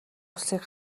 улсыг